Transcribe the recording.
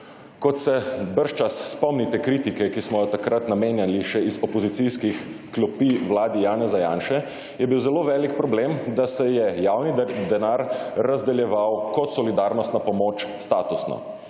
Kot se bržčas spomnite kritike, ki smo jo takrat namenjali še iz opozicijskih klopi Vladi Janeza Janše, je bil zelo velik problem, da se je javni denar razdeljeval kot solidarnostna pomoč statusno: